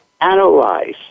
analyze